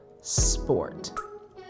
sport